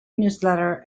newsletter